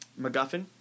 MacGuffin